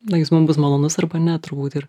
na jis mum bus malonus arba ne turbūt ir